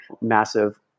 massive